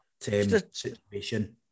situation